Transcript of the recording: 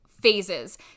phases